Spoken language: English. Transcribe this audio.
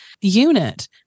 unit